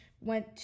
went